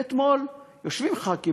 ואתמול יושבים ח"כים,